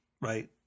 right